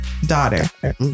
daughter